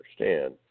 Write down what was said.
understand